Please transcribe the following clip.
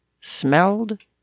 smelled